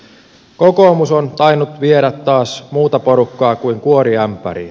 kokoomus on tainnut viedä taas muuta porukkaa kuin kuoriämpäriä